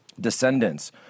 descendants